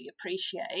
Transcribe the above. appreciate